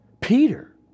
Peter